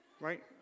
Right